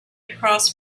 across